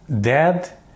dead